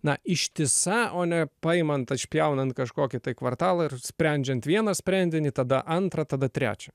na ištisa o ne paimant išpjaunant kažkokį kvartalą ir sprendžiant vieną sprendinį tada antrą tada trečią